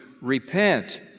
repent